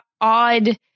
odd